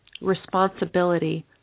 responsibility